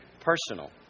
personal